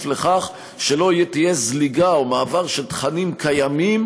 לכך שלא תהיה זליגה או מעבר של תכנים קיימים,